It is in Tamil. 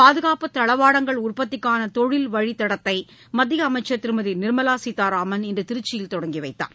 பாதுகாப்பு தளவாடங்கள் உற்பத்திக்கான தொழில் வழித்தடத்தை பாதுகாப்புத்துறை அமைச்சர் திருமதி நிர்மலா சீத்தாராமன் இன்று திருச்சியில் தொடங்கி வைத்தார்